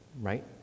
right